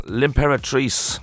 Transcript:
limperatrice